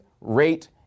rate